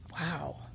Wow